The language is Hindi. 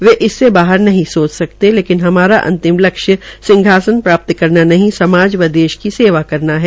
वे इससे बाहर नहीं सोच सकते लेकिन हमारा अंतिम लक्ष्य सिहासन प्राप्त करना नहीं समाज व देश की सेवा करना है